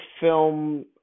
film